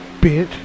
Bitch